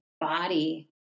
body